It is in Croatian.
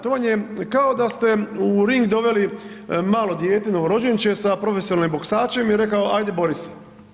To vam je kao da ste u ring doveli malo dijete novorođenče sa profesionalnim boksačem i rekao ajde bori se.